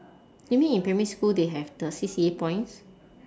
you mean in primary school they have the C_C_A points